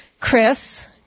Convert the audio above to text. Chris